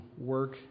work